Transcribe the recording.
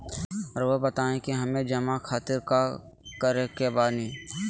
रहुआ बताइं कि हमें जमा खातिर का करे के बानी?